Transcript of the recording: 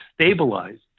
stabilized